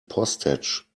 postage